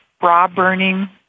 bra-burning